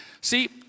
See